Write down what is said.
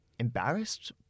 embarrassed